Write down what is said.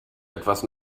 etwas